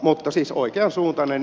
mutta siis oikeansuuntainen